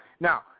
Now